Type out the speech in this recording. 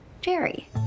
Jerry